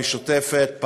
המשותפת,